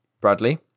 Bradley